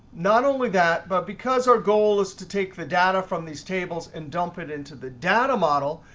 not only that, but because our goal is to take the data from these tables and dump it into the data model,